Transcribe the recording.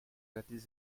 notice